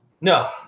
No